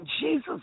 Jesus